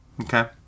Okay